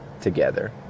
together